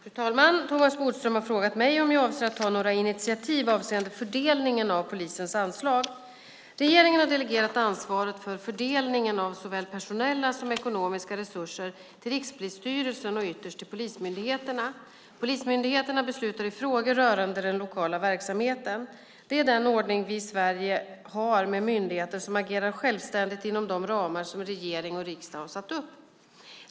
Fru talman! Thomas Bodström har frågat mig om jag avser att ta några initiativ avseende fördelningen av polisens anslag. Regeringen har delegerat ansvaret för fördelningen av såväl personella som ekonomiska resurser till Rikspolisstyrelsen och ytterst till polismyndigheterna. Polismyndigheterna beslutar i frågor rörande den lokala verksamheten. Det är den ordning vi har i Sverige med myndigheter som agerar självständigt inom de ramar som regering och riksdag satt upp.